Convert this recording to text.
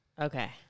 Okay